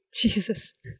Jesus